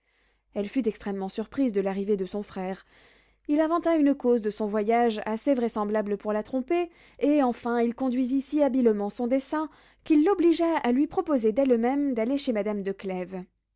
elle fut extrêmement surprise de l'arrivée de son frère il inventa une cause de son voyage assez vraisemblable pour la tromper et enfin il conduisit si habilement son dessein qu'il l'obligea à lui proposer d'elle-même d'aller chez madame